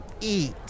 Eat